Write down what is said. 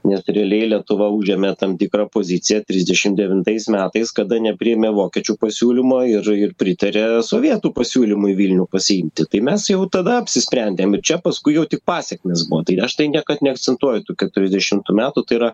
nes realiai lietuva užėmė tam tikrą poziciją trisdešim devintais metais kada nepriėmė vokiečių pasiūlymo ir ir pritarė sovietų pasiūlymui vilnių pasiimti tai mes jau tada apsisprendėm ir čia paskui jau tik pasekmės buvo tai aš tai niekad neakcentuoju tų keturiasdešimtų metų tai yra